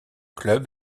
club